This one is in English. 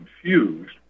confused